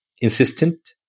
insistent